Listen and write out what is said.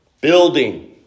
building